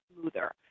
smoother